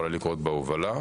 יכולה לקרות בהובלה,